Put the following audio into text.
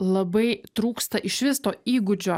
labai trūksta išvis to įgūdžio